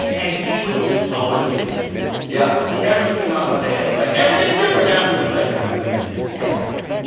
and he would just always give it to you yeah he never came out one day and was like, everything's different now. he was like, i'm doing this every